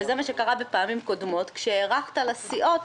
וזה מה שקרה בפעמים קודמות - כשהארכת לסיעות,